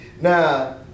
now